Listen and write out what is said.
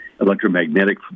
electromagnetic